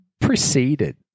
preceded